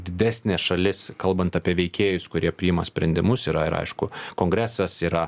didesnė šalis kalbant apie veikėjus kurie priima sprendimus yra ir aišku kongresas yra